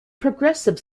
progressive